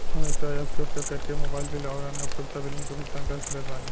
हम UPI apps के उपयोग करके मोबाइल बिल आउर अन्य उपयोगिता बिलन के भुगतान कर सकत बानी